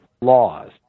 laws